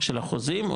של החוזים?